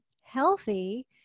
healthy